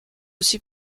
aussi